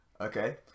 okay